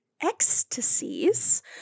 ecstasies